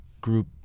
group